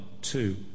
two